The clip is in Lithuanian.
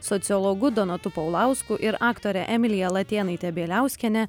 sociologu donatu paulausku ir aktore emilija latėnaite bieliauskiene